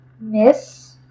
miss